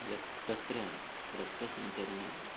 रक् तत्र रक्तसञ्चरणम्